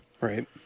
Right